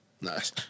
Nice